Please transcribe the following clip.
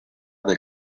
del